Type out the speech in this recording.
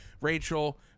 Rachel